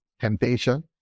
temptation